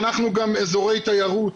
שאנחנו גם אזורי תיירות,